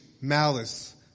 malice